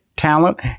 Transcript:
talent